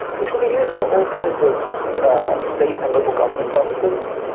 which will be used for all kinds of state and local government purposes.